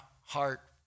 heart